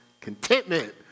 contentment